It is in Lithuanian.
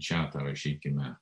čatą rašykime